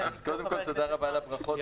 קודם כול, תודה רבה על הברכות.